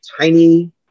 tiny